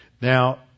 Now